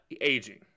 aging